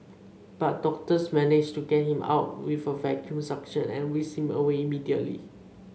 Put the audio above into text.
but doctors managed to get him out with a vacuum suction and whisked him away immediately